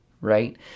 right